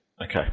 Okay